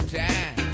time